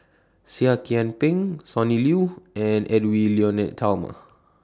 Seah Kian Peng Sonny Liew and Edwy Lyonet Talma